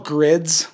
Grids